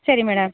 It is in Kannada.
ಸರಿ ಮೇಡಮ್